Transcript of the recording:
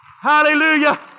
Hallelujah